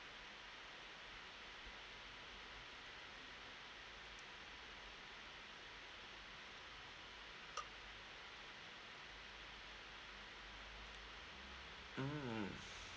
mm